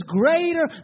greater